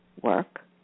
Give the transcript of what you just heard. work